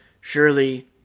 Surely